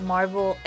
Marvel